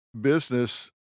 business